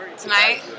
tonight